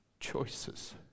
Choices